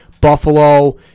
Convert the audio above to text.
Buffalo